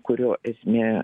kurio esmė